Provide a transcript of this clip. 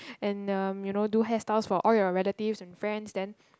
and um you know do hairstyles for all your relatives and friends then